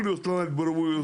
לא עדיין תראה,